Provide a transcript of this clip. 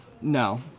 No